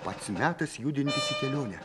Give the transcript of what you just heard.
pats metas judintis į kelionę